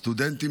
סטודנטים,